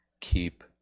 keep